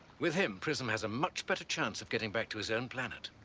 with him, prism has a much better chance of getting back to his own planet.